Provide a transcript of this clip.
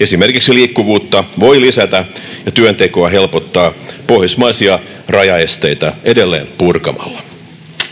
Esimerkiksi liikkuvuutta voi lisätä ja työntekoa helpottaa pohjoismaisia rajaesteitä edelleen purkamalla.